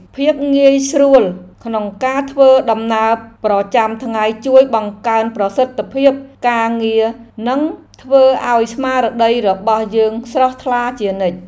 ភាពងាយស្រួលក្នុងការធ្វើដំណើរប្រចាំថ្ងៃជួយបង្កើនប្រសិទ្ធភាពការងារនិងធ្វើឱ្យស្មារតីរបស់យើងស្រស់ថ្លាជានិច្ច។